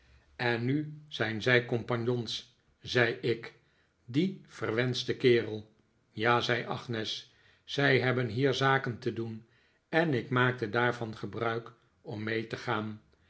en nu zijn zij compagnons zei ik die verwenschte kerel ja zei agnes zij hebben hier zaken te doen en ik maakte daarvan gebruik om mee te gaan